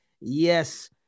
Yes